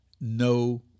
no